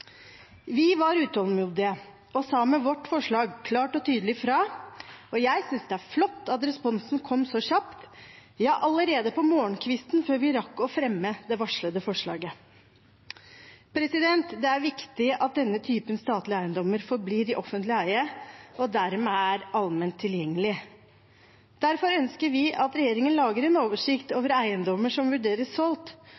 Vi var utålmodige og sa med vårt forslag klart og tydelig fra. Jeg synes det er flott at responsen kom så kjapt, ja, allerede på morgenkvisten før vi rakk å fremme det varslede forslaget. Det er viktig at denne typen statlige eiendommer forblir i offentlig eie og dermed er allment tilgjengelige. Derfor ønsker vi at regjeringen lager en oversikt